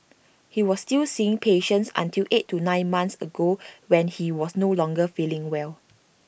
he was still seeing patients until eight to nine months ago when he was no longer feeling well